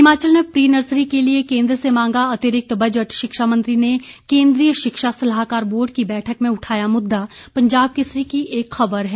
हिमाचल ने pre nursery के लिये केन्द्र से मांगा अतिरिक्त बजट शिक्षा मंत्री ने केन्द्रीय शिक्षा सलाहकार बोर्ड की बैठक में उठाया मुद्दा पंजाब केसरी की एक खबर है